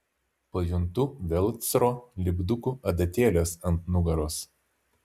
pajuntu velcro lipdukų adatėles ant nugaros